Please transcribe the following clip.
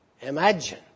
Imagine